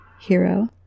Hero